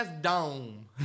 dome